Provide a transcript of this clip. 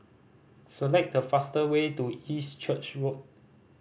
select the fast way to East Church Road